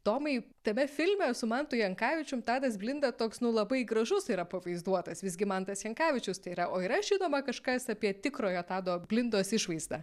tomai tame filme su mantu jankavičium tadas blinda toks nu labai gražus yra pavaizduotas visgi mantas jankavičius tai yra o yra žinoma kažkas apie tikrojo tado blindos išvaizdą